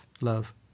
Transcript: love